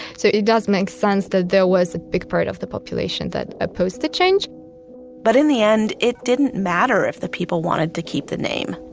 so it does make sense that there was a big part of the population that opposed the change but in the end, it didn't matter if the people wanted to keep the name.